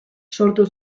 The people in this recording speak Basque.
sortu